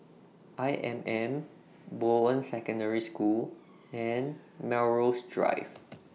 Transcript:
I M M Bowen Secondary School and Melrose Drive